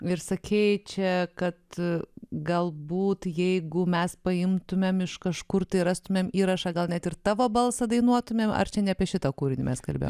ir sakei čia kad galbūt jeigu mes paimtumėme iš kažkur tai rastumėm įrašą gal net ir tavo balsą dainuotumėm ar čia ne apie šitą kūrinį mes kalbame